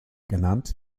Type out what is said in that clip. genannt